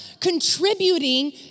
contributing